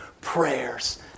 prayers